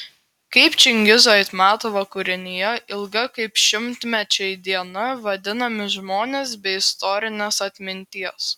kaip čingizo aitmatovo kūrinyje ilga kaip šimtmečiai diena vadinami žmonės be istorinės atminties